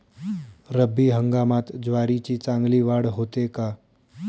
रब्बी हंगामात ज्वारीची चांगली वाढ होते का?